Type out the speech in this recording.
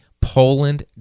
Poland